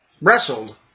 wrestled